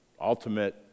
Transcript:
ultimate